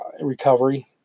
recovery